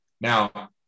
Now